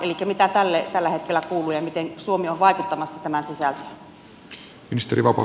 elikkä mitä tälle tällä hetkellä kuuluu ja miten suomi on vaikuttamassa tämän sisältöön